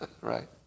Right